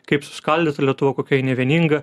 kaip suskaldyta lietuva kokia ji nevieninga